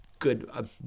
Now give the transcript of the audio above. Good